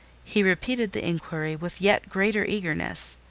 he repeated the inquiry with yet greater eagerness.